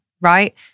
Right